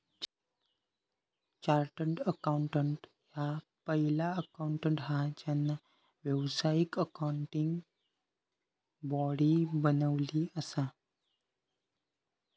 chartered accountant ह्या पहिला accountant हा ज्यांना व्यावसायिक अकाउंटिंग बॉडी बनवली असा